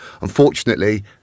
unfortunately